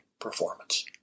performance